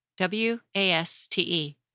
W-A-S-T-E